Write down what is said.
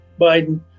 Biden